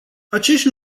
acești